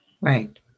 Right